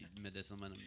medicinal